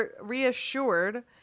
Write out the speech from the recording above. reassured